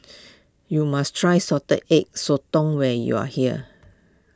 you must try Salted Egg Sotong when you are here